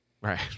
Right